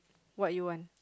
what you want